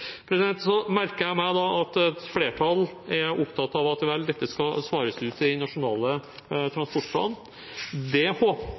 Så merker jeg meg at et flertall er opptatt av at dette skal svares ut i Nasjonal transportplan. Det